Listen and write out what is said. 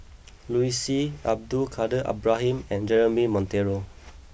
Liu Si Abdul Kadir Ibrahim and Jeremy Monteiro